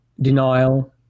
denial